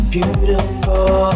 Beautiful